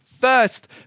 first